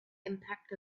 impact